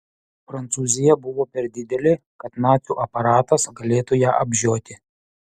prancūzija buvo per didelė kad nacių aparatas galėtų ją apžioti